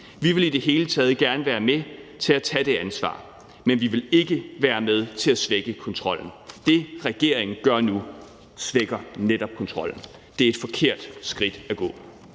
Vi vil i det hele taget gerne være med til at tage det ansvar, men vi vil ikke være med til at svække kontrollen. Det, regeringen gør nu, svækker netop kontrollen. Det er et forkert skridt at gå.